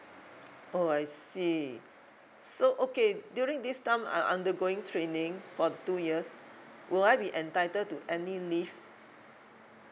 oh I see so okay during this time I undergoing training for the two years would I be entitled to any leave